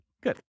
Good